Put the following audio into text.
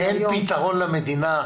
אין פתרון למדינה.